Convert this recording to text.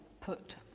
put